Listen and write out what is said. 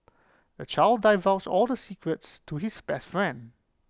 the child divulged all the secrets to his best friend